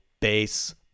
base